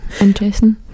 interesting